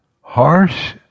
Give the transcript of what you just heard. harsh